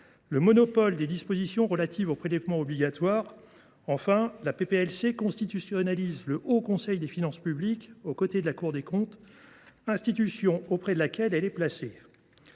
le monopole des dispositions relatives aux prélèvements obligatoires. Enfin, elle constitutionnalise l’existence du Haut Conseil des finances publiques aux côtés de la Cour des comptes, institution auprès de laquelle le Haut